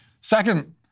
Second